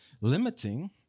limiting